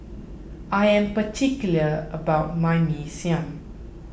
I am particular about my Mee Siam